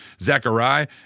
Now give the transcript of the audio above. Zechariah